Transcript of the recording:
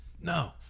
No